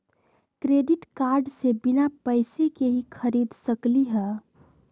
Credit card से बिना पैसे के ही खरीद सकली ह?